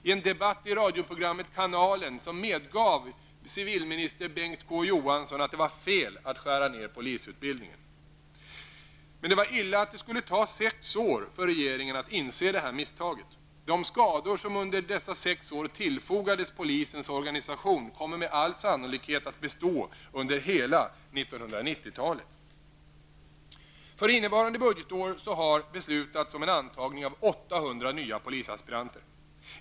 I en debatt i radioprogrammet Kanalen medgav civilminster Bengt K Å Johansson att det var fel att skära ned polisutbildningen. Men det var illa att det skulle ta sex år för regeringen att inse det misstaget. De skador som under dessa sex år tillfogades polisens organisation kommer med all sannolikhet att bestå under hela För innevarande budgetår har beslutats om antagning av 800 nya polisaspiranter.